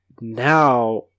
now